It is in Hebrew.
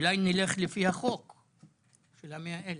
אולי נלך לפי החוק של ה-100,000?